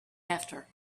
after